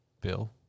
Bill